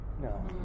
No